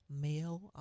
male